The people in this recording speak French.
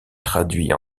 traduit